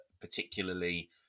particularly